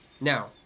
Now